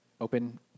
open